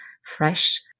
Fresh